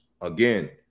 Again